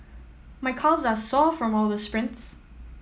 my calves are sore from all the sprints